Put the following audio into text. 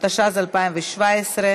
התשע"ז 2017,